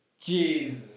Jesus